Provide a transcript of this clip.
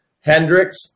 Hendricks